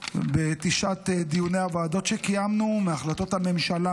בתשעת דיוני הוועדות שקיימנו, מהחלטות הממשלה